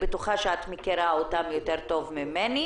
בטוחה שאת מכירה אותם יותר טוב ממני.